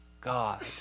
God